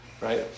Right